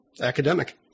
academic